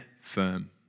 firm